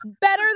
better